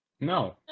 No